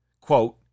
quote